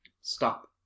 Stop